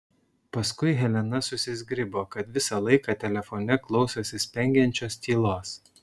paskui helena susizgribo kad visą laiką telefone klausosi spengiančios tylos